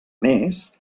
més